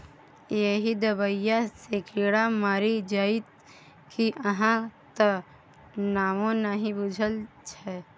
एहि दबाई सँ कीड़ा मरि जाइत कि अहाँक त नामो नहि बुझल छै